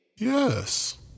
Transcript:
Yes